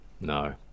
No